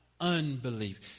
unbelief